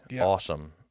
Awesome